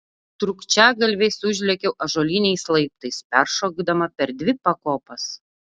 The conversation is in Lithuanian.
trūkčiagalviais užlėkiau ąžuoliniais laiptais peršokdama per dvi pakopas